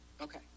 okay